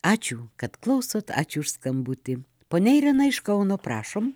ačiū kad klausot ačiū už skambutį ponia irena iš kauno prašom